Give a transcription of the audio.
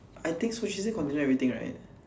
I think so she say continue everything right